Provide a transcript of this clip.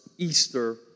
Easter